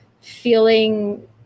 feeling